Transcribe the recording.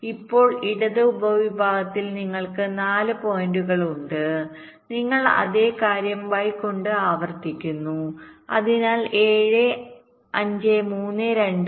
അതിനാൽ ഇപ്പോൾ ഇടത് ഉപവിഭാഗത്തിൽ നിങ്ങൾക്ക് 4 പോയിന്റുകൾ ഉണ്ട് നിങ്ങൾ അതേ കാര്യം y കൊണ്ട് ആവർത്തിക്കുന്നു അതിനാൽ 7 5 3 2